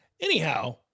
Anyhow